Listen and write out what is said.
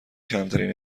کمترین